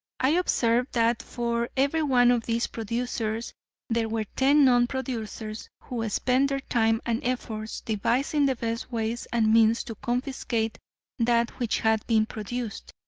i observed that for every one of these producers there were ten non-producers who spent their time and efforts devising the best ways and means to confiscate that which had been produced.